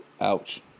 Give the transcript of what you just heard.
Ouch